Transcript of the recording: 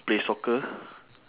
play soccer